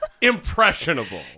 Impressionable